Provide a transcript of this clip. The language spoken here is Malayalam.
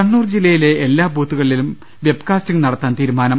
കണ്ണൂർ ജില്ലയിലെ എല്ലാ ബൂത്തുകളിലും വെബ്കാസ്റ്റിങ് നടത്താൻ തീരുമാനം